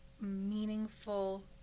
meaningful